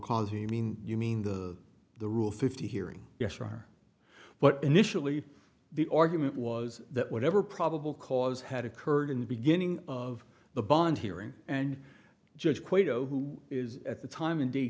cause you mean you mean the the rule fifty hearing yes sure but initially the argument was that whatever probable cause had occurred in the beginning of the bond hearing and judge kwaito who is at the time in da